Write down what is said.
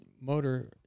motor